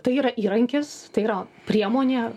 tai yra įrankis tai yra priemonė